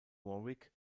warwick